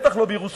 בטח לא בירושלים,